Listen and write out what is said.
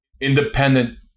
independent